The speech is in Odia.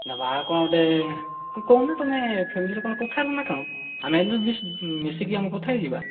ନେବା କ'ଣ ଗୋଟେ କହୁନା ତୁମେ ଫ୍ୟାମିଲିରେ କ'ଣ କଥା ହେଲନା କ'ଣ ଆମେ ହେଲେ ମିଶିକି ଆମେ କଥା ହୋଇଯିବା